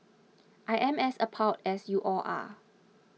I am as appalled as you all are